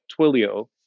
Twilio